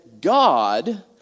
God